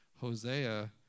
Hosea